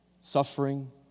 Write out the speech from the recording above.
suffering